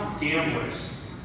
gamblers